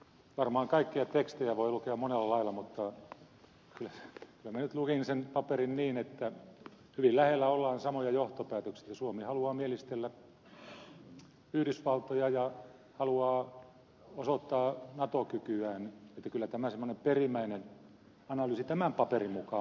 varmaan kaikkia tekstejä voi lukea monella lailla mutta kyllä minä nyt luin sen paperin niin että hyvin lähellä ollaan samoja johtopäätöksiä että suomi haluaa mielistellä yhdysvaltoja ja haluaa osoittaa nato kykyään että kyllä tämä semmoinen perimmäinen analyysi tämän paperin mukaan on